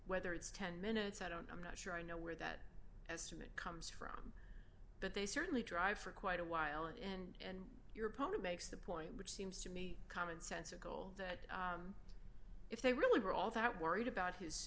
whether it's ten minutes i don't i'm not sure i know where that estimate comes from but they certainly drive for quite a while and and your opponent makes the point which seems to me common sensical that if they really were all that worried about his